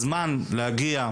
הזמן ההגעה